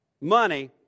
money